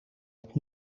het